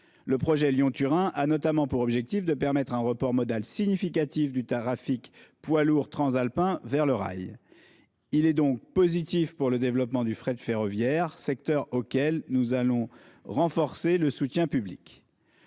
Le projet Lyon-Turin a notamment pour objectif de permettre un report modal significatif du trafic transalpin des poids lourds vers le rail. Il est donc positif pour le développement du fret ferroviaire, un secteur pour lequel nous allons renforcer le soutien public.